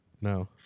No